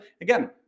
again